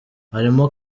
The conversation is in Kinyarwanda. harimo